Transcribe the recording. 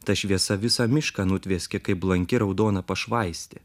ta šviesa visą mišką nutvieskė kaip blanki raudona pašvaistė